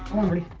one woody